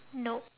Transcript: nope